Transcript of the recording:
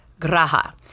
graha